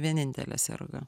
vienintelė serga